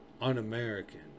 un-american